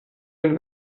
den